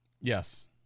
Yes